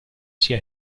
sia